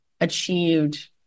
achieved